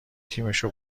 تیمشو